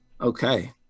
okay